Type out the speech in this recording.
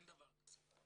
אין דבר כזה.